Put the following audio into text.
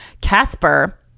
Casper